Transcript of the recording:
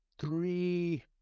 three